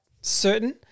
certain